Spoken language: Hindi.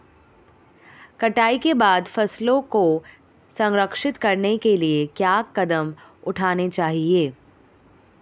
कटाई के बाद फसलों को संरक्षित करने के लिए क्या कदम उठाने चाहिए?